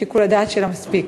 שיקול הדעת שלה מספיק,